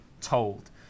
told